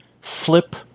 Flip